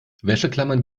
wäscheklammern